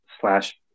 slash